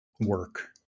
work